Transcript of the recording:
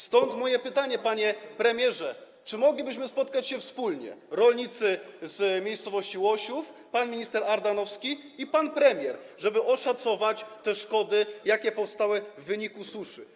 Stąd moje pytanie, panie premierze: Czy moglibyśmy spotkać się wspólnie - rolnicy z miejscowości Łosiów, pan minister Ardanowski i pan premier - żeby oszacować te szkody, jakie powstały w wyniku suszy?